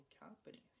companies